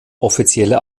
offizielle